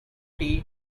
tea